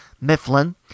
Mifflin